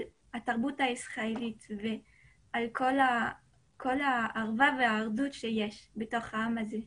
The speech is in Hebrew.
התרבות הישראלית וכל האחווה והאחדות שיש בתוך העם הזה.